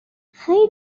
خیر